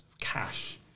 cash